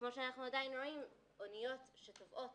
כמו שאנחנו עדיין רואים אוניות שטובעות